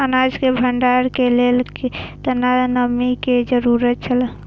अनाज के भण्डार के लेल केतना नमि के जरूरत छला?